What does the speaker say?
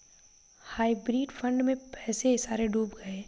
hybrid fund में पैसे सारे डूब गए